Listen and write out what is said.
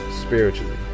spiritually